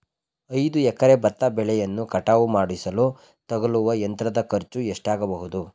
ಐದು ಎಕರೆ ಭತ್ತ ಬೆಳೆಯನ್ನು ಕಟಾವು ಮಾಡಿಸಲು ತಗಲುವ ಯಂತ್ರದ ಖರ್ಚು ಎಷ್ಟಾಗಬಹುದು?